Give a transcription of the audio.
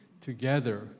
together